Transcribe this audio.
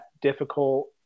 difficult